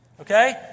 Okay